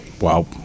Wow